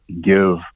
give